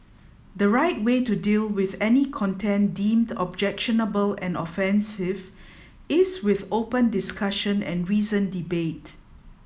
the right way to deal with any content deemed objectionable and offensive is with open discussion and reasoned debate